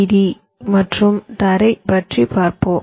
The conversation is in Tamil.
டி மற்றும் தரை பற்றி பார்ப்போம்